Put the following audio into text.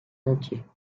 montier